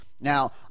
Now